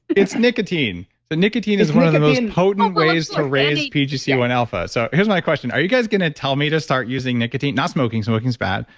it's nicotine, the nicotine is one of the most potent waysally. to raise pgc one alpha. so here's my question. are you guys going to tell me to start using nicotine? not smoking, smoking's bad,